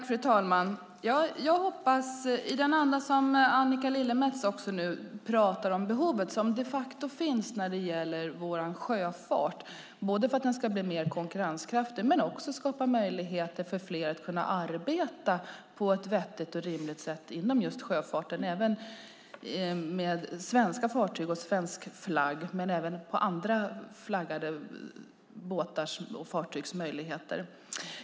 Fru talman! I samma anda som Annika Lillemets pratar om behovet som de facto finns när det gäller vår sjöfart hoppas jag att den ska bli mer konkurrenskraftig men också skapa möjligheter för fler att arbeta på ett vettigt och rimligt sätt på svenska fartyg med svensk flagg men även på fartyg med annan flagg.